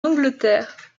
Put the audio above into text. angleterre